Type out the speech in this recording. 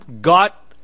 got